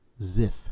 ziff